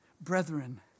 Brethren